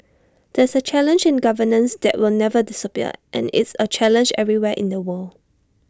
that's A challenge in governance that will never disappear and is A challenge everywhere in the world